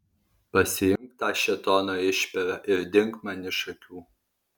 pasiimk tą šėtono išperą ir dink man iš akių